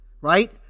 Right